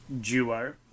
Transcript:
duo